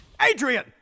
Adrian